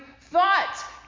thought